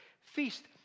feast